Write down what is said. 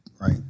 right